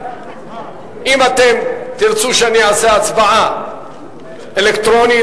אם אתם תרצו שאני אעשה הצבעה אלקטרונית,